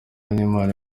n’imana